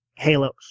halos